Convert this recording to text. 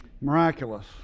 Miraculous